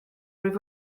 rwyf